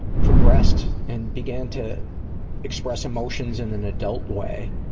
progressed and began to express emotions in an adult way,